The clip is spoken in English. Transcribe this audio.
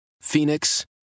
Phoenix